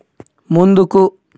ముందుకు